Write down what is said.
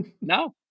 No